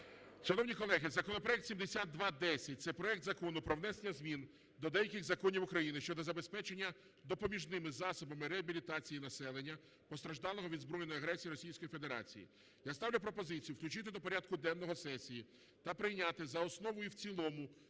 Шановні колеги, законопроект 7210. Це проект Закону про внесення змін до деяких законів України щодо забезпечення допоміжними засобами реабілітації населення, постраждалого від збройної агресії Російської Федерації. Я ставлю пропозицію включити до порядку денного сесії та прийняти за основу і в цілому